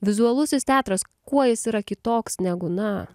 vizualusis teatras kuo jis yra kitoks negu na